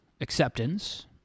acceptance